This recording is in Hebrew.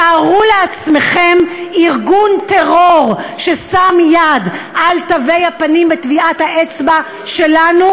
תארו לעצמכם שארגון טרור שם יד על תווי הפנים וטביעת האצבע שלנו,